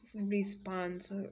response